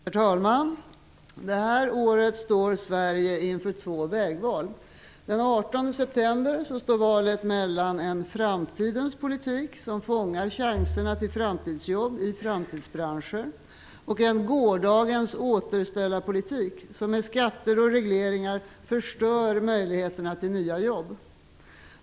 Herr talman! Detta år står Sverige inför två vägval. Den 18 september står valet mellan en framtidens politik som fångar chanserna till framtidsjobb i framtidsbranscher och en gårdagens återställarpolitik som med skatter och regleringar förstör möjligheterna till nya jobb.